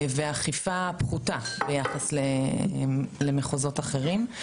ואכיפה פחותה ביחס למחוזות אחרים.